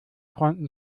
freunden